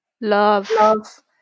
love